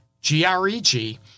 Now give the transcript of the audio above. G-R-E-G